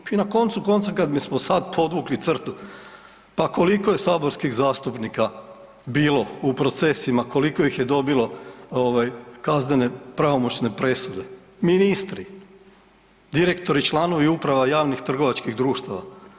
I na koncu konca kad bismo sad podvukli crtu pa koliko je saborskih zastupnika bilo u procesima, koliko ih je dobilo ovaj kaznene pravomoćne presude, ministri, direktori i članovi uprava javnih trgovačkih društava.